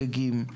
שחוגגים.